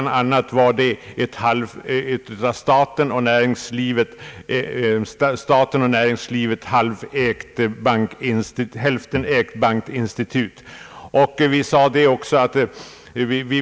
Det gällde bl.a. ett av staten och näringslivet hälftenägt bankinstitut.